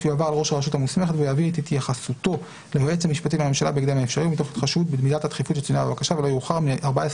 ומתוך התחשבות במידת הדחיפות שצוינה בבקשה.